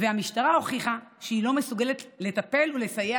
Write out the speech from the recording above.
והמשטרה הוכיחה שהיא לא מסוגלת לטפל ולסייע